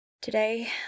Today